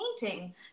painting